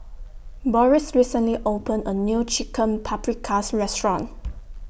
Boris recently opened A New Chicken Paprikas Restaurant